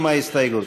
עם ההסתייגות.